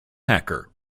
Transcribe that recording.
hacker